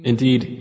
Indeed